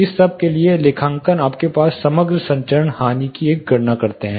इस सब के लिए लेखांकन करके आप समग्र संचरण हानि की गणना करते हैं